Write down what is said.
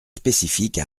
spécifique